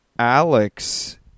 Alex